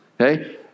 Okay